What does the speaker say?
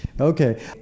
Okay